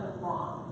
wrong